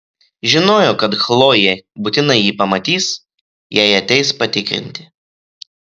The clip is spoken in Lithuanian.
žinojo kad chlojė būtinai jį pamatys jei ateis patikrinti